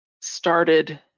started